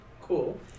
cool